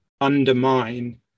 undermine